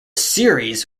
series